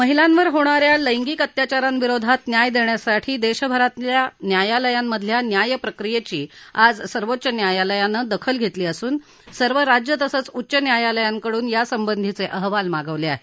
महिलांवर होणा या लैंगिक अत्याचारांविरोधात न्याय देण्यासाठी देशभरातल्या न्यायालयांमधल्या न्यायप्रक्रियेची आज सर्वोच्च न्यायालयानं दखल घेतली असून सर्व राज्य तसंच उच्च न्यायालयांकडून या संबधीचे अहवाल मागवले आहेत